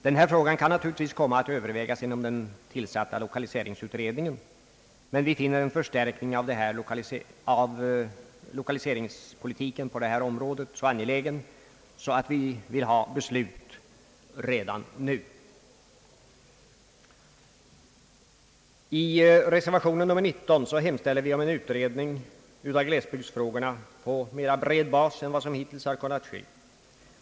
Den här frågan kan naturligtvis komma att övervägas inom den tillsatta lokaliseringsutredningen, men vi finner en förstärkning av lokaliseringspolitiken på detta område så angelägen att vi vill ha beslut redan nu. I reservation nr 19 hemställer vi om en utredning av glesbygdsfrågorna på bredare bas än vad som hittills kunnat ske.